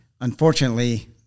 unfortunately